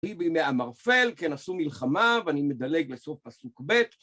היא בימי המרפל כנשוא מלחמה ואני מדלג לסוף פסוק ב'